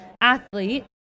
athlete